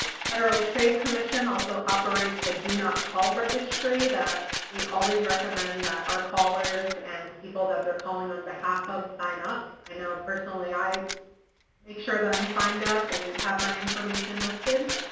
federal trade commission also operates a do-not-call registry that we always recommend that our callers and people that they're calling on behalf of sign up i know personally i've made sure that i'm signed up and have my information listed